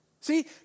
See